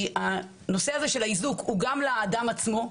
הנושא הזה של האיזוק הוא גם לאדם עצמו,